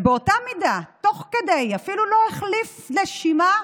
ובאותה מידה, תוך כדי, אפילו לא החליף נשימה,